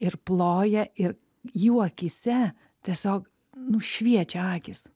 ir ploja ir jų akyse tiesiog nušviečia akys